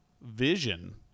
vision